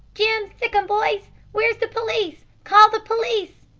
jim, sic em boys. where's the police. call the police!